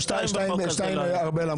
שתיים היה הרבה.